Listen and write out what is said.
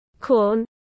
corn